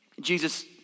Jesus